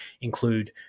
include